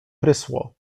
prysło